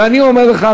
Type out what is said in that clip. ואני אומר לך,